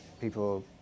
people